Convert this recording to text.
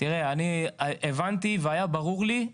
תראה, אני הבנתי, והיה ברור לי,